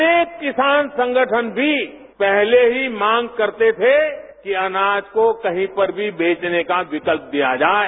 अनेक किसान संगठन भी पहले ही मांग करते थे कि अनाज को कहीं पर मी बेचने का विकल्प दिया जाये